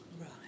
Right